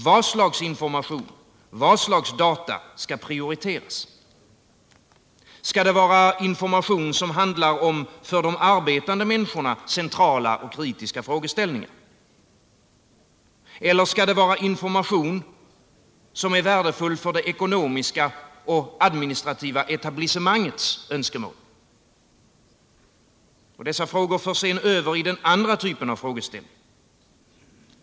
Vad för slags information, vad för slags data skall prioriteras? Skall det vara information som handlar om för de arbetande människorna centrala och kritiska frågeställningar, eller skall det vara information som är värdefull för det ekonomiska och administrativa etablissemangets önskemål? Dessa frågor förs sedan över till den andra typen av frågeställningar.